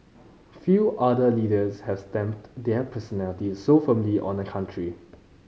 few other leaders have stamped their personalities so firmly on a country